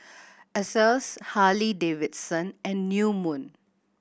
Asos Harley Davidson and New Moon